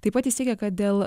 taip pat jis teigė kad dėl